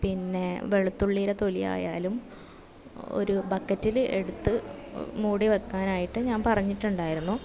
പിന്നെ വെളുത്തുള്ളിരെ തൊലി ആയാലും ഒരു ബക്കറ്റിൽ എടുത്ത് മൂടി വയ്ക്കാനായിട്ട് ഞാൻ പറഞ്ഞിട്ടുണ്ടായിരുന്നു